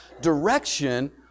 direction